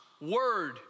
Word